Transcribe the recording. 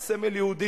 זה סמל יהודי,